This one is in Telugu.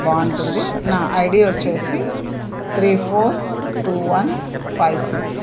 బాగుంటుంది నా ఐడి వచ్చేసి three four two one five six